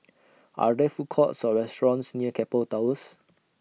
Are There Food Courts Or restaurants near Keppel Towers